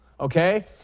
Okay